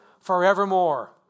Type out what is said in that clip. forevermore